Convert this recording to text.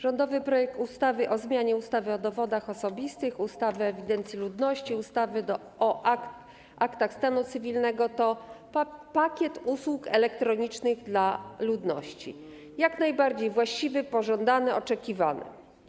Rządowy projekt ustawy o zmianie ustawy o dowodach osobistych, ustawy o ewidencji ludności, ustawy - Prawo o aktach stanu cywilnego to pakiet usług elektronicznych dla ludności jak najbardziej właściwy, pożądany i oczekiwany.